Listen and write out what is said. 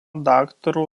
daktaro